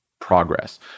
progress